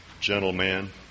gentleman